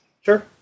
Sure